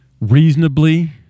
reasonably